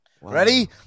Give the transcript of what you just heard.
Ready